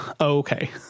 Okay